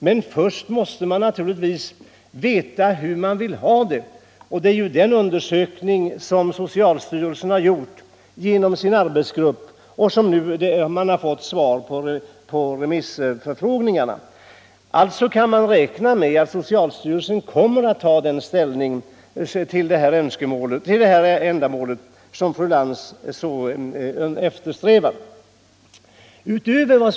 Men innan man går vidare måste man naturligtvis veta hur man vill ha det. Det är en sådan undersökning som socialstyrelsen har utfört genom sin arbetsgrupp och som man nu fått in remissvar på. Man kan alltså räkna med att socialstyrelsen i detta fall kommer att inta den ståndpunkt som fru Lantz önskar.